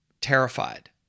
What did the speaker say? terrified